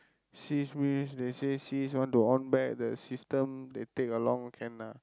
cease means they say cease want to on back the system they take a long can ah